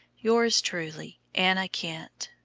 yours truly, anna kent